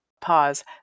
Pause